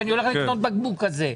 כשאני הולך לקנות בקבוק כזה.